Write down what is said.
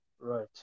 Right